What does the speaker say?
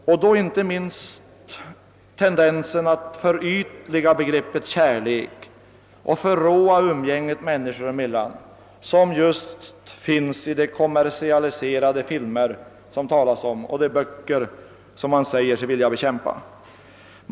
Detta gäller inte minst tendensen att förytliga begreppet kärlek och förråa umgänget människor emellan, som just finns i de kommersialiserade filmer och de böcker som man vill bekämpa.